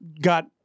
got